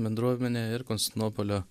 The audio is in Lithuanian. bendruomenė ir konstantinopolio